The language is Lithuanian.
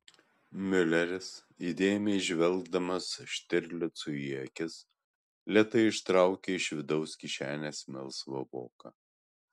miuleris įdėmiai žvelgdamas štirlicui į akis lėtai ištraukė iš vidaus kišenės melsvą voką